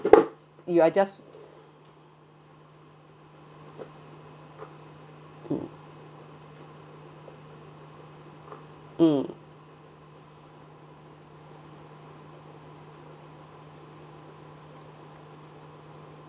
you are just mm mm